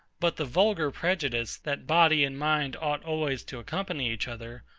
but the vulgar prejudice, that body and mind ought always to accompany each other,